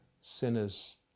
sinners